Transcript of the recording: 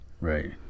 right